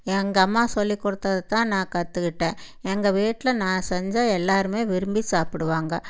எங்கள் அம்மா சொல்லிக் கொடுத்தது தான் நான் கற்றுக்குட்டன் எங்கள் வீட்டில் நான் செஞ்சா எல்லாருமே விரும்பி சாப்பிடுவாங்க